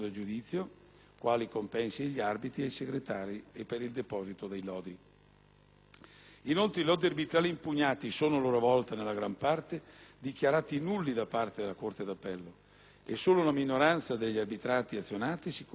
Inoltre, i lodi arbitrali impugnati sono a loro volta, nella gran parte, dichiarati nulli da parte della corte d'appello e solo una minoranza degli arbitrati azionati si conclude entro il termine ordinario previsto per la pronuncia del lodo ed anzi, in alcuni casi,